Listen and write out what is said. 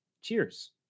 cheers